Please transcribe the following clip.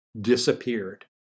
disappeared